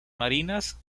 marinas